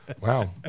Wow